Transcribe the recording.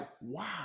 wow